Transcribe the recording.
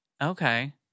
Okay